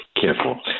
careful